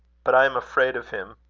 but i am afraid of him.